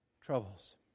troubles